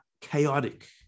chaotic